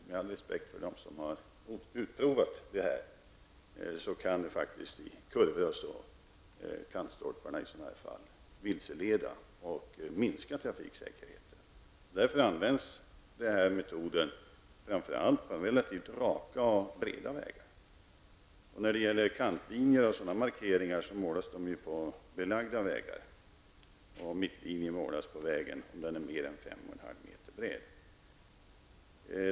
Med all respekt för dem som har utprovat den här metoden måste man konstatera att kantstolparna faktiskt kan vara vilseledande och minska trafiksäkerheten. Därför används metoden framför allt på relativt raka och breda vägar. Kantlinjer målas på belagda vägar, och mittlinjer målas på vägar som är mer än 5,5 meter breda.